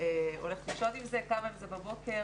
הולכת לישון עם זה וקמה עם זה בבוקר.